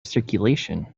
circulation